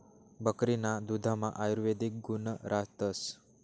बकरीना दुधमा आयुर्वेदिक गुण रातस